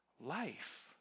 life